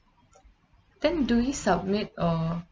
then do he submit or